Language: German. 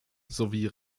sowie